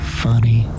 funny